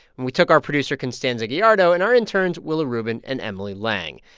and we took our producer, constanza gallardo, and our interns, willa rubin and emily lang.